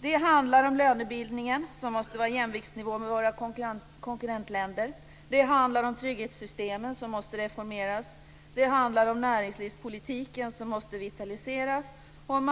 Det handlar om lönebildningen, som måste vara i jämviktsnivå med våra konkurrentländer. Det handlar om trygghetssystemen, som måste reformeras. Det handlar om näringslivspolitiken, som måste vitaliseras, och om